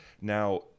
now